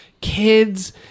kids